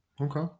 Okay